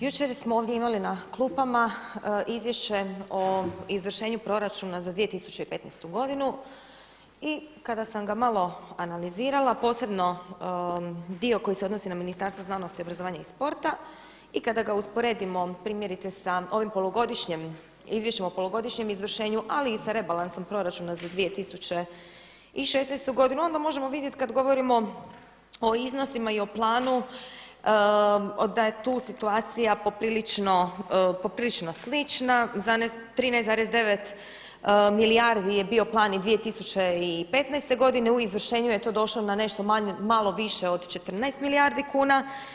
Jučer smo ovdje imali na klupama Izvješće o izvršenju proračuna za 2015. godinu i kada sam ga malo analizirala posebno dio koji se odnosi na Ministarstvo znanosti, obrazovanja i sporta i kada ga usporedimo primjerice sa ovim polugodišnjem izvješćem o polugodišnjem izvršenju, ali i sa rebalansom proračuna za 2016. godinu onda možemo vidjeti kada govorimo o iznosima i o planu da je tu situacija poprilično slična, 13,9 milijardi je bio plan i 2015. godine u izvršenju je to došlo na nešto malo više od 14 milijardi kuna.